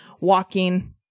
walking